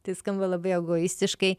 tai skamba labai egoistiškai